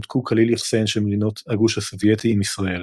נותקו כליל יחסיהן של מדינות הגוש הסובייטי עם ישראל.